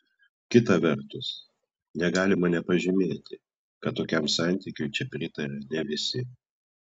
kita vertus negalima nepažymėti kad tokiam santykiui čia pritaria ne visi